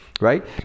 right